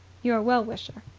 your well-wisher.